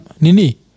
nini